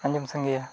ᱟᱸᱡᱚᱢ ᱥᱟᱸᱜᱮᱭᱟ